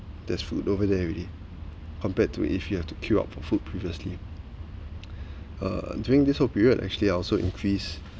there's food over there already compared to if you have to queue up for food previously uh during this whole period actually I also increase